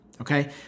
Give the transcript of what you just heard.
okay